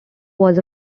was